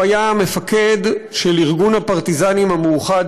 והוא היה מפקד של ארגון הפרטיזנים המאוחד,